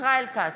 ישראל כץ,